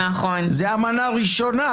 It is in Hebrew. זו המנה הראשונה.